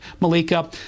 Malika